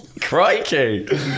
Crikey